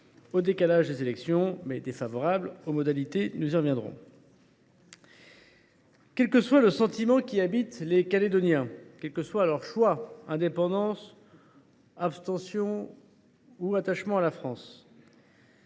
au report des élections mais défavorables aux modalités de celui ci. Quel que soit le sentiment qui habite les Calédoniens, quelle que soit leur volonté – indépendance, abstention, attachement à la France